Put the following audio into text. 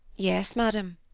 yes, madam.